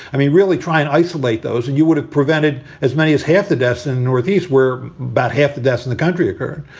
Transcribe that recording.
i mean, really try and isolate those. and you would have prevented as many as half the deaths in the northeast where about half the deaths in the country occur.